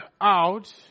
out